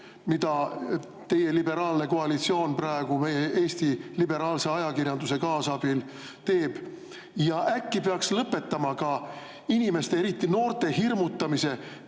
mida teie liberaalne koalitsioon praegu Eesti liberaalse ajakirjanduse kaasabil teeb? Ja äkki peaks lõpetama ka inimeste, eriti noorte hirmutamise